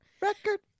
Record